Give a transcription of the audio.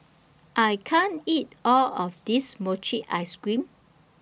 I can't eat All of This Mochi Ice Cream